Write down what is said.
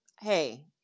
Hey